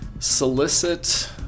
solicit